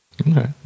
Okay